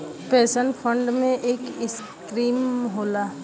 pension fund में एक scheme होला